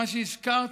מה שהזכרת,